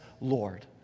Lord